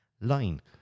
line